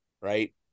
Right